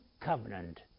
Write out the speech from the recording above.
covenant